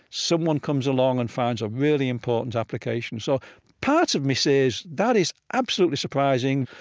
someone comes along and finds a really important application so part of me says, that is absolutely surprising.